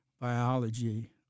biology